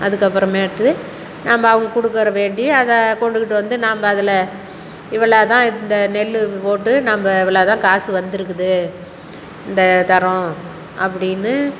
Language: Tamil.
அதுக்கப்புறமேட்டு நம்ம அவங்க கொடுக்குற வேண்டி அதை கொண்டுக்கிட்டு வந்து நம்ப அதில் இவ்வளோவுதான் இந்த நெல் போட்டு நம்ம இவ்வளோவுதான் காசு வந்திருக்குது இந்த தரம் அப்படின்னு